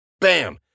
bam